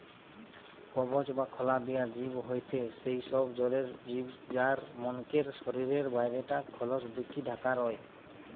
কবচ বা খলা দিয়া জিব হয়থে সেই সব জলের জিব যার মনকের শরীরের বাইরে টা খলস দিকি ঢাকা রয়